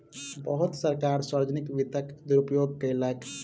बहुत सरकार सार्वजनिक वित्तक दुरूपयोग कयलक